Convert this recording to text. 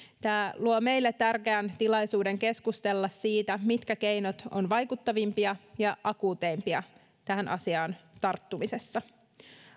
tämä luo meille tärkeän tilaisuuden keskustella siitä mitkä keinot ovat vaikuttavimpia ja akuuteimpia tähän asiaan tarttumisessa